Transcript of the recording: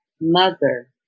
mother